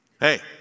Hey